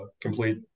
complete